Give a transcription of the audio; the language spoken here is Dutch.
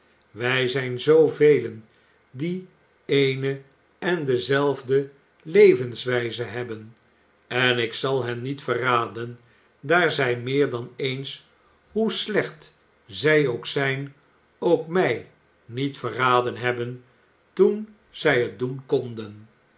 wij zijn zoo velen die eene en dezelfde levenswijze hebben en ik zal hen niet verraden daar zij meer dan eens hoe slecht zij ook zijn ook mij niet verraden hebben toen zij het doen konden